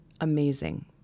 amazing